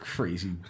crazy